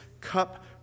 cup